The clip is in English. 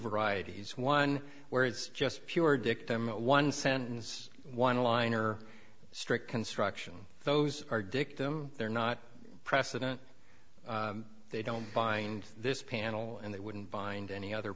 varieties one where it's just pure dictum one sentence one line or strict construction those are dictum they're not precedent they don't bind this panel and they wouldn't bind any other